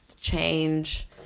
change